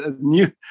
new